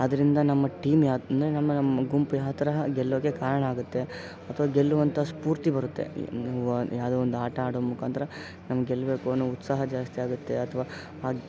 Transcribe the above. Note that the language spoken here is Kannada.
ಅದರಿಂದ ನಮ್ಮ ಟೀಮ್ ಯಾವ ಅಂದರೆ ನಮ್ಮ ನಮ್ಮ ಗುಂಪು ಯಾವ ತರಹ ಗೆಲ್ಲೋಕ್ಕೆ ಕಾರಣ ಆಗುತ್ತೆ ಅಥವಾ ಗೆಲ್ಲುವಂಥ ಸ್ಫೂರ್ತಿ ಬರುತ್ತೆ ಯಾವ್ದೋ ಒಂದು ಆಟ ಆಡೋ ಮುಖಾಂತರ ನಾವು ಗೆಲ್ಲಬೇಕು ಅನ್ನೋ ಉತ್ಸಾಹ ಜಾಸ್ತಿ ಆಗುತ್ತೆ ಅಥವಾ